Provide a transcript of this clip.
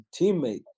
teammate